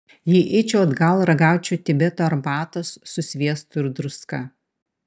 jei eičiau atgal ragaučiau tibeto arbatos su sviestu ir druska